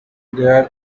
there